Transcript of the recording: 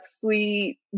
sweet